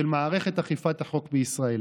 של מערכת אכיפת החוק בישראל.